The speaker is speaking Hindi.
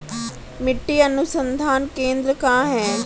मिट्टी अनुसंधान केंद्र कहाँ है?